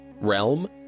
realm